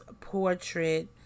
portrait